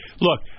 Look